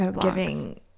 giving